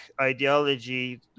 ideology